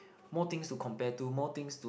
more things to compare to more things to